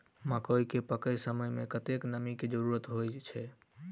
मकई केँ पकै समय मे कतेक नमी केँ जरूरत होइ छै?